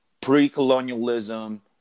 pre-colonialism